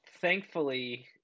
thankfully